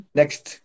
next